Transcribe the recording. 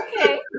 okay